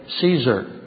Caesar